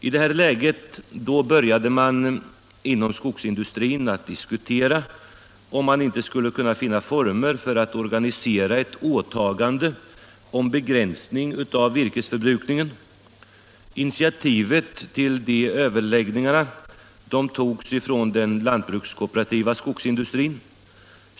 I detta läge började man inom skogsindustrin att diskutera om man inte skulle kunna finna former för att organisera ett åtagande om begränsning av virkesförbrukningen. Initiativet till de överläggningarna togs från den lantbrukskooperativa skogsindustrin.